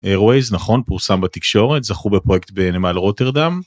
איירווייז, נכון, פורסם בתקשורת, זכו בפרויקט בנמל רוטרדם.